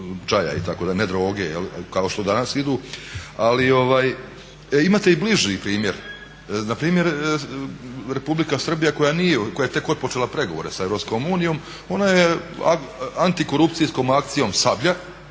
čaja itd., ne droge jel' kao što danas idu. Imate i bliži primjer, npr. Republika Srbija koja je tek otpočela pregovore sa EU ona je antikorupcijskom akcijom